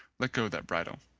let go that bridle.